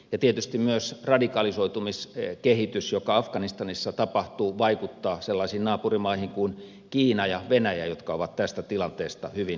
ja tietysti myös radikalisoitumiskehitys joka afganistanissa tapahtuu vaikuttaa sellaisiin naapurimaihin kuin kiina ja venäjä jotka ovat tästä tilanteesta hyvin huolissaan